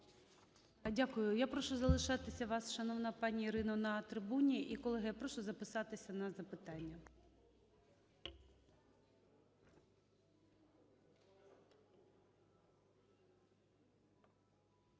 Дякую. Я прошу залишатися вас, шановна пані Ірино, на трибуні. І, колеги, я прошу записатися на запитання.